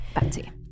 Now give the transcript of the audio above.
betsy